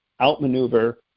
outmaneuver